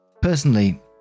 Personally